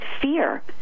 fear